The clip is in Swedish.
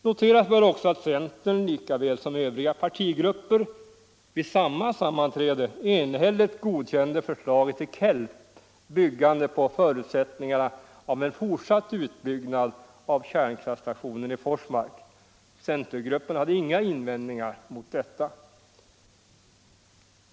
Noteras bör också att centern likaväl som övriga partigrupper vid samma sammanträde enhälligt godkände förslaget till KELP, byggande på förutsättningarna av en fortsatt utbyggnad av kraftstationen i Forsmark. Centergruppen hade inga invändningar mot detta.